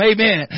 Amen